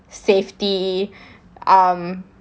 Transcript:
safety um